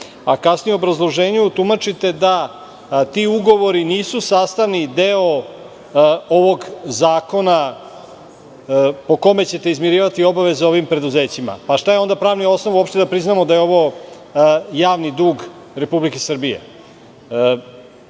a kasnije u obrazloženju tumačite da ti ugovori nisu sastavni deo ovog zakona, po kojem ćete izmirivati obaveze ovim preduzećima. Šta je onda pravni osnov uopšte, da priznamo da je ovo javni dug Republike Srbije?